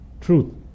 truth